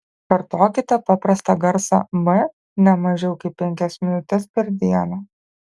kartokite paprastą garsą m ne mažiau kaip penkias minutes per dieną